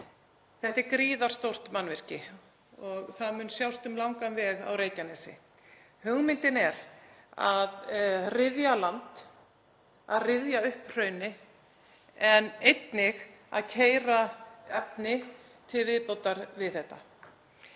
Þetta er gríðarstórt mannvirki og það mun sjást um langan veg á Reykjanesi. Hugmyndin er að ryðja land, að ryðja upp hrauni, en einnig að keyra efni til viðbótar við það.